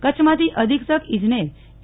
કચ્છમાંથી અધીક્ષક ઇજનેર એ